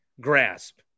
grasp